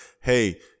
Hey